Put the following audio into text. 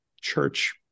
church